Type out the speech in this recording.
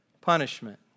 punishment